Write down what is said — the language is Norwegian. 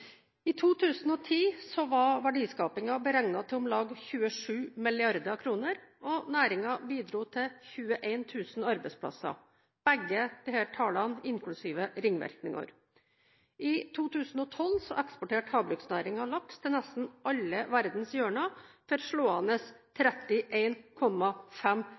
I 2010 var verdiskapingen beregnet til om lag 27 mrd. kr, og næringen bidro til 21 000 arbeidsplasser – begge disse tallene inklusive ringvirkninger. I 2012 eksporterte havbruksnæringen laks til nesten alle verdens hjørner for slående